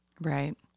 Right